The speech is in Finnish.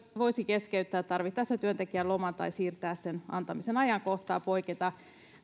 voisi keskeyttää tarvittaessa työntekijän loman tai siirtää sen antamisen ajankohtaa poiketa